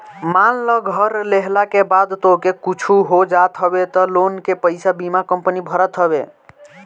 मान लअ घर लेहला के बाद तोहके कुछु हो जात हवे तअ लोन के पईसा बीमा कंपनी भरत हवे